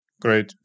Great